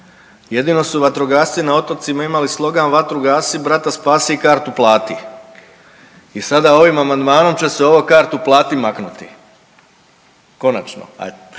jedino su vatrogasci na otocima imali slogan „vatru gasi, brata i kartu plati“ i sada ovim amandmanom će se ovo kartu plati maknuti, konačno